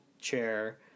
chair